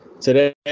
Today